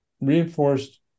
reinforced